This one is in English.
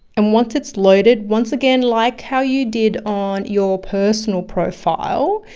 and once it's loaded, once again, like how you did on your personal profile,